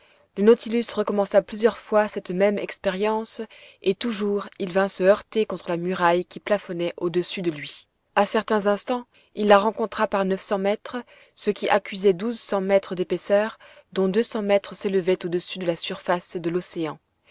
le nautilus recommença plusieurs fois cette même expérience et toujours il vint se heurter contre la muraille qui plafonnait au-dessus de lui a de certains instants il la rencontra par neuf cents mètres ce qui accusait douze cents mètres d'épaisseur dont deux cents mètres s'élevaient au-dessus de la surface de l'océan